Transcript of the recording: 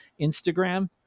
Instagram